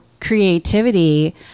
creativity